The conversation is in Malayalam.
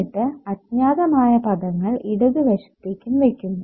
എന്നിട്ട് അജ്ഞാതമായ പദങ്ങൾ ഇടതുവശത്തേക്കും വെക്കുന്നു